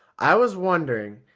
i was wondering,